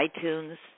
iTunes